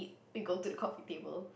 we go to the coffee table